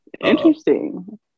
Interesting